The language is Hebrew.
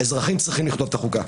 אזרחים צריכים לכתוב את החוקה.